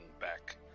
back